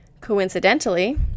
coincidentally